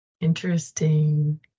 interesting